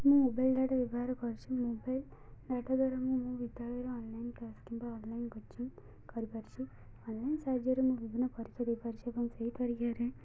ମୁଁ mobile data ବ୍ୟବହାର କରିଛିି ମୋବାଇଲ୍ ଡ଼ାଟା ଦ୍ୱାରା ମୁଁ ମୁଁ ବିଦ୍ୟାଳୟରେ ଅନଲାଇନ୍ କ୍ଲାସ୍ କିମ୍ବା ଅନଲାଇନ୍ କୋଚିଂ କରିପାରଛି ଅନଲାଇନ୍ ସାହାଯ୍ୟରେ ମୁଁ ବିଭିନ୍ନ ପରୀକ୍ଷା ଦେଇପାରଛି ଏବଂ ସେହି ପରୀକ୍ଷାରେ